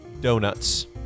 donuts